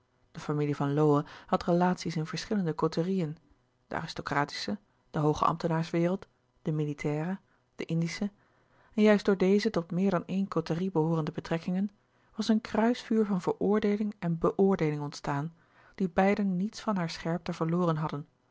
de familie van lowe had relaties in verschillende côterieën de aristocratische de hooge ambtenaarswereld de militaire de indische en juist door deze tot meer dan éen côterie behoorende betrekkingen was een kruisvuur van veroordeeling en beoordeeling ontstaan die beiden niets van hare scherpte verloren hadden